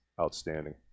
outstanding